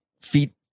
Feet